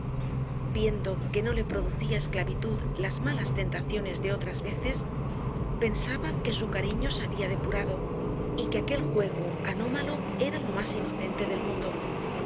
viendo que no le producía esclavitud las malas tentaciones de otras veces pensaba que su cariño se había depurado y que aquel juego anómalo era lo más inocente del mundo